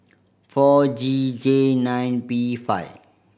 four G J nine P five